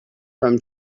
from